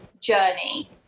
journey